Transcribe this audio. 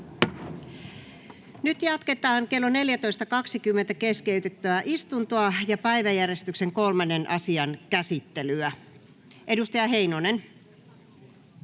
Nyt jatketaan kello 14.20 keskeytettyä istuntoa ja päiväjärjestyksen 3. asian käsittelyä. — Edustaja Heinonen.